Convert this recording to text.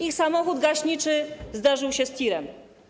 Ich samochód gaśniczy zderzył się z tirem.